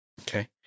Okay